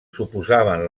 suposaven